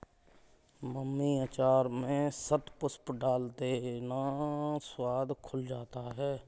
mummy अचार में शतपुष्प डाल देना, स्वाद खुल जाता है